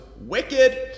Wicked